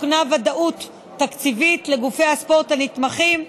ולהקניית ודאות תקציבית לגופי הספורט הנתמכים,